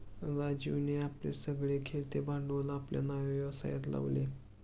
राजीवने आपले सगळे खेळते भांडवल आपल्या नव्या व्यवसायात लावले